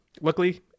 Luckily